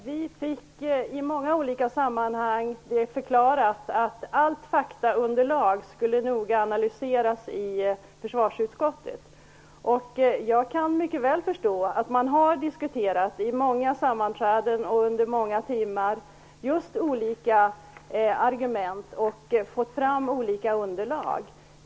Fru talman! Vi fick i många olika sammanhang förklarat att allt faktaunderlag noga skulle analyseras i försvarsutskottet. Jag kan mycket väl förstå att man har diskuterat vid många sammanträden och under många timmar olika argument och fått fram olika underlag.